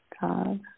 God